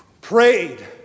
prayed